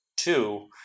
Two